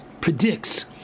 predicts